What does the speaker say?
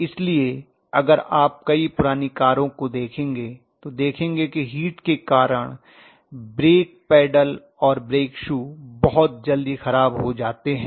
इसीलिए अगर आप कई पुरानी कारों को देखेंगे तो देखेंगे कि हीट के कारण ब्रेक पैडल और ब्रेक शूज़ बहुत जल्दी खराब हो जाते हैं